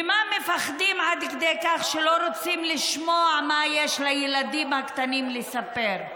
ממה מפחדים עד כדי כך שלא רוצים לשמוע מה יש לילדים הקטנים לספר?